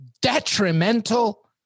detrimental